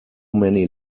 many